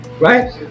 right